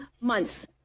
months